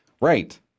right